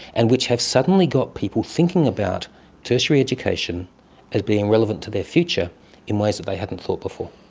and which have suddenly got people thinking about tertiary education as being relevant to their future in ways that they hadn't thought before.